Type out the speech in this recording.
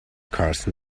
carson